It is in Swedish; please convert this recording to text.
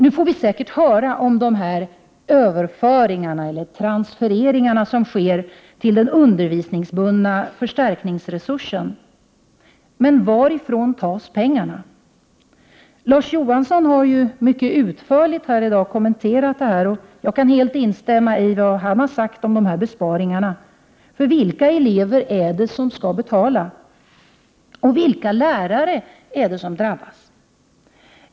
Nu får vi säkert höra om de överföringar eller transfereringar som sker till den undervisningsbundna förstärkningsresursen. Men varifrån tas pengarna? Larz Johansson har ju mycket utförligt kommenterat detta här i dag, och jag kan helt instämma i vad han har sagt om dessa besparingar. Vilka elever är det som skall betala? Och vilka lärare är det som drabbas?